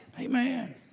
Amen